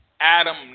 Adam